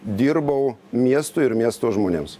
dirbau miestui ir miesto žmonėms